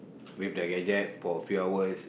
with their gadget for a few hours